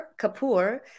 Kapoor